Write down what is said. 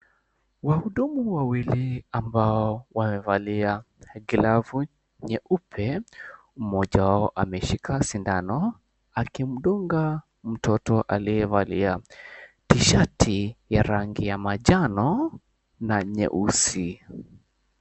Wahudumu wawili ambao wamevalia glavu nyeupe. Mmoja wao ameshika sindano akimdunga mtoto aliyevalia t-shirt ya rangi ya manjano na nyeusi.